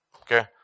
Okay